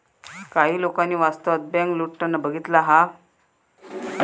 काही लोकांनी वास्तवात बँक लुटताना बघितला हा